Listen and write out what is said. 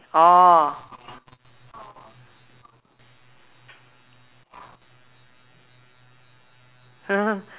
orh